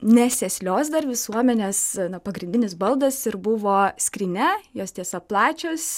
nesėslios dar visuomenės pagrindinis baldas ir buvo skrynia jos tiesa plačios